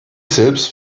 selbst